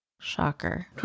Shocker